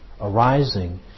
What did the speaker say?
arising